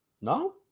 No